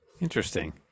Interesting